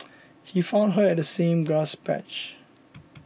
he found her at the same grass patch